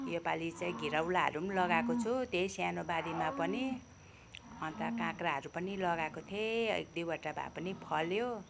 यो पालि चाहिँ घिरौलाहरू पनि लगाएको छु त्यही सानो बारीमा पनि अन्त काँक्राहरू पनि लगाएको थिएँ एक दुईवटा भए पनि फल्यो